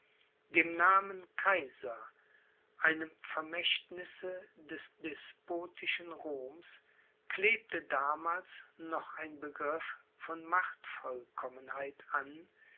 dem namen kaiser einem vermächtnisse des despotischen roms klebte damals noch ein begriff von machtvollkommenheit an